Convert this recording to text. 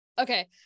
Okay